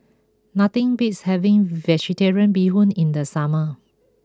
nothing beats having Vegetarian Bee Hoon in the summer